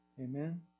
Amen